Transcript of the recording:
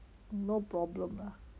no problem lah